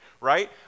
right